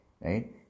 right